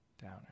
downer